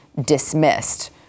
dismissed